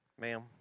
Ma'am